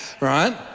Right